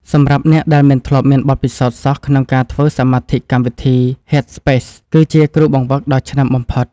សម្រាប់អ្នកដែលមិនធ្លាប់មានបទពិសោធន៍សោះក្នុងការធ្វើសមាធិកម្មវិធី ហេតស្ប៉េស (Headspace) គឺជាគ្រូបង្វឹកដ៏ឆ្នើមបំផុត។